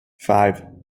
five